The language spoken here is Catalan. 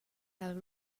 del